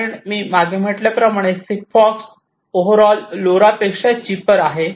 कारण मी मागे म्हटल्याप्रमाणे सिग्फॉक्स ओव्हर ऑल लोरा पेक्षा चीपर आहे